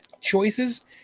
choices